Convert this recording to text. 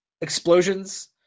explosions